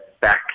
back